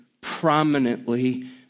prominently